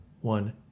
one